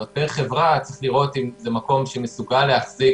כלומר פר חברה צריך לראות אם זה מקום שמסוגל להחזיק